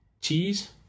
Cheese